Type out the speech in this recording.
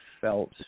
felt